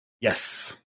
Yes